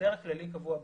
ההסדר הכללי קבוע בחוק.